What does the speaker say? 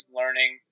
learning